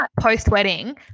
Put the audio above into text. post-wedding